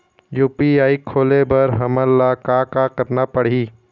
UPI खोले बर हमन ला का का करना पड़ही?